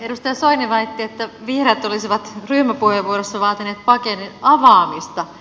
edustaja soini väitti että vihreät olisivat ryhmäpuheenvuorossa vaatineet paketin avaamista